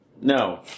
No